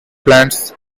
plants